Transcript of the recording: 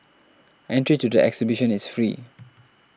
entry to the exhibition is free